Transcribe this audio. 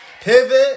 pivot